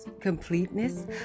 completeness